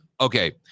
Okay